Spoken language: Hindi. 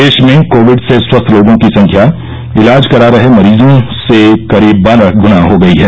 देश में कोविड से स्वस्थ लोगों की संख्या इलाज करा रहे मरीजों से करीब बारह गुना हो गई है